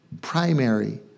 primary